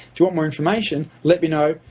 if you want more information, let me know.